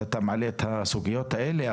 טוב שאתה מעלה את הסוגיות האלה,